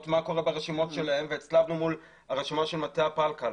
מה קורה ברשימות שלהם והצלבנו מול הרשימה של מטה הפלקל.